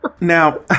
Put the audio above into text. Now